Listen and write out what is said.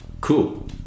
Cool